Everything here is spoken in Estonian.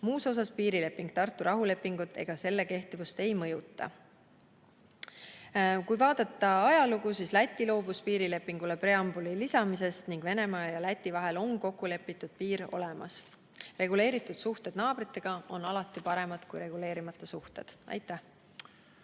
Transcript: Muus osas piirileping Tartu rahulepingut ega selle kehtivust ei mõjuta. Kui vaadata ajalugu, siis Läti loobus piirilepingule preambuli lisamisest ning Venemaa ja Läti vahel on kokkulepitud piir olemas. Reguleeritud suhted naabritega on alati paremad kui reguleerimata suhted. Aitäh!